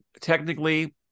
technically